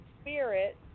spirit